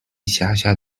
辖下